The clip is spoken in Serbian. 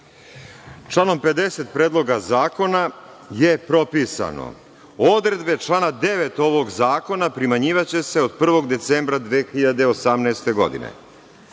Članom 50. Predloga zakona je propisano, odredbe člana 9. ovog zakona primenjivaće se od 1. decembra 2018. godine.